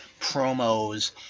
promos